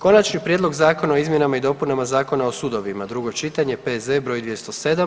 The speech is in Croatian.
Konačni prijedlog zakona o izmjenama i dopunama Zakona o sudovima, drugo čitanje, P.Z. br. 207.